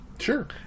Sure